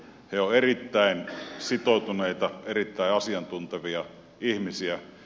he ovat erittäin sitoutuneita erittäin asiantuntevia ihmisiä